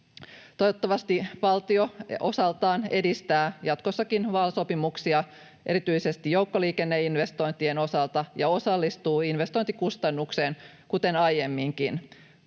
Toivottavasti valtio osaltaan edistää jatkossakin MAL-sopimuksia, erityisesti joukkoliikenneinvestointien osalta, ja osallistuu investointikustannukseen kuten aiemminkin.